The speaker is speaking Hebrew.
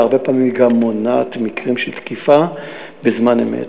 והרבה פעמים היא גם מונעת מקרים של תקיפה בזמן אמת.